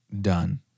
done